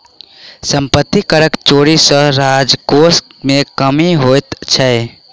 सम्पत्ति करक चोरी सॅ राजकोश मे कमी होइत छै